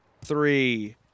three